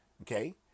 okay